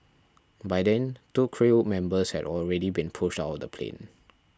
by then two crew members had already been pushed out of the plane